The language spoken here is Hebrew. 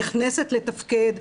נכנסת לתפקד,